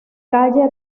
calle